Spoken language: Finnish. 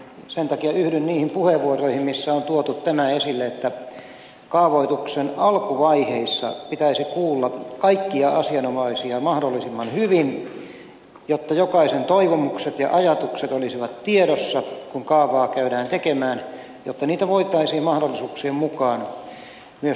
sen takia yhdyn niihin puheenvuoroihin joissa on tuotu tämä esille että kaavoituksen alkuvaiheissa pitäisi kuulla kaikkia asianomaisia mahdollisimman hyvin jotta jokaisen toivomukset ja ajatukset olisivat tiedossa kun kaavaa käydään tekemään jotta niitä voitaisiin mahdollisuuksien mukaan myös ottaa huomioon